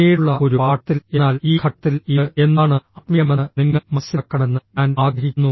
പിന്നീടുള്ള ഒരു പാഠത്തിൽ എന്നാൽ ഈ ഘട്ടത്തിൽ ഇത് എന്താണ് ആത്മീയമെന്ന് നിങ്ങൾ മനസ്സിലാക്കണമെന്ന് ഞാൻ ആഗ്രഹിക്കുന്നു